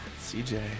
CJ